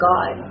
God